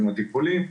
עם הטיפולים.